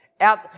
out